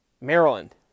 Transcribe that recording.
Maryland